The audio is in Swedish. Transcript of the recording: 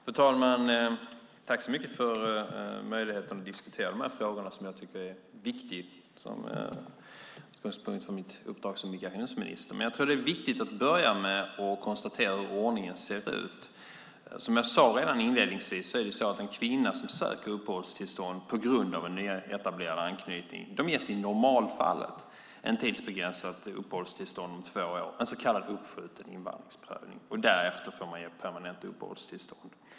Fru talman! Tack för möjligheten att få diskutera de här frågorna, som jag tycker är viktig som utgångspunkt för mitt uppdrag som migrationsminister. Det är viktigt att börja med att konstatera hur ordningen ser ut. Som jag sade redan inledningsvis ges en kvinna som söker uppehållstillstånd på grund av en nyetablerad anknytning i normalfallet ett tidsbegränsat uppehållstillstånd på två år, en så kallad uppskjuten invandringsprövning. Därefter får man ge permanent uppehållstillstånd.